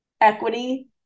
equity